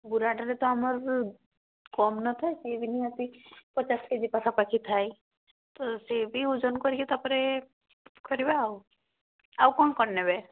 ବୁରାଟାରେ ତ ଆମର କମ ନଥାଏ ସିଏବି ନିହାତି ପଚାଶ କେଜି ପାଖାପାଖି ଥାଏ ତ ସିଏବି ଓଜନ କରିକି ତା'ପରେ କରିବା ଆଉ ଆଉ କ'ଣ କ'ଣ ନେବେ